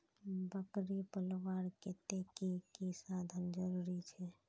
बकरी पलवार केते की की साधन जरूरी छे?